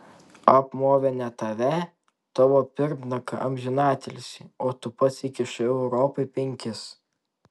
apmovė ne tave tavo pirmtaką amžinatilsį o tu pats įkišai europai penkis